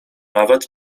nawet